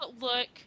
look